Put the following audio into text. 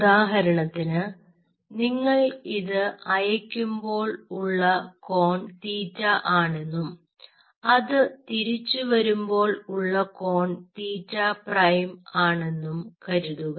ഉദാഹരണത്തിന് നിങ്ങൾ ഇത് അയക്കുമ്പോൾ ഉള്ള കോൺ തീറ്റ ആണെന്നും അത് തിരിച്ചു വരുമ്പോൾ ഉള്ള കോൺ തീറ്റ പ്രൈം ആണെന്നും കരുതുക